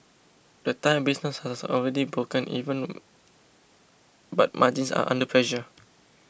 the Thai business has already broken even but margins are under pressure